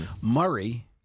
Murray